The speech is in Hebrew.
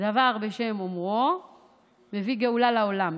דבר בשם אומרו מביא גאולה לעולם.